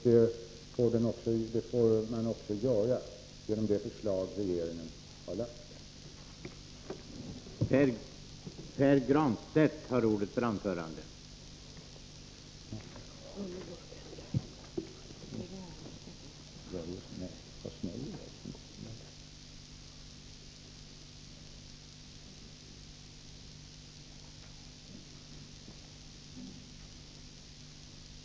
Det får man göra genom det förslag som regeringen framlagt.